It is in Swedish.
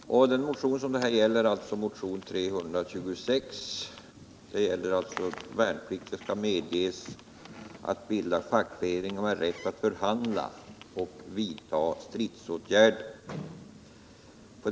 Herr talman! Herr Franzén refererade ur utskottets betänkande och angav vad vi hade svarat på vpk-motionen 326, där det talas om att de värnpliktiga skall bilda fackförening och ha rätt att förhandla och vidta stridsåtgärder.